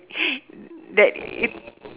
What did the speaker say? that it